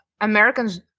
Americans